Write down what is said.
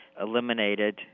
eliminated